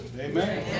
Amen